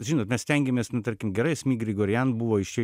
žinot mes stengiamės nu tarkim gerai asmik grigorian buvo iš čia